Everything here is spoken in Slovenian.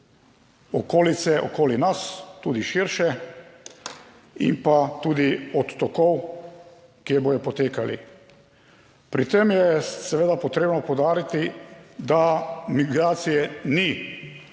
okolice okoli nas, tudi širše in pa tudi od tokov, ki bodo potekali. Pri tem je seveda potrebno poudariti, da migracije ni mogoče